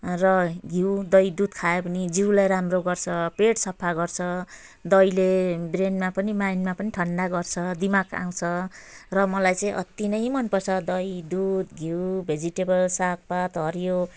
र घिउ दही दुध खायौँ भने जिउलाई राम्रो गर्छ पेट सफा गर्छ दहीले ब्रेनमा पनि माइन्डमा पनि ठन्डा गर्छ दिमाग आउँछ र मलाई चाहिँ अति नै मनपर्छ दही दुध घिउ भेजिटेबल्स सागपात हरियो